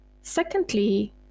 Secondly